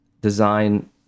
design